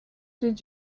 did